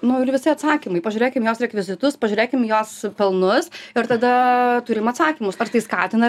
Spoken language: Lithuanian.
nu ir visi atsakymai pažiūrėkim jos rekvizitus pažiūrėkim jos pelnus ir tada turim atsakymus ar tai skatina